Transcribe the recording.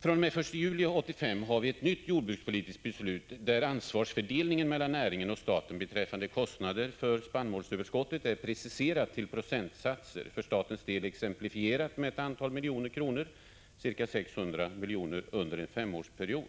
fr.o.m. den 1 juli 1985 gäller ett nytt jordbrukspolitiskt beslut, där ansvarsfördelningen mellan näringen och staten beträffande kostnader för spannmålsöverskottet är preciserat till procentsatser, för statens del exemplifierade med ett antal miljoner kronor — ca 600 milj.kr. under en femårsperiod.